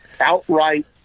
outright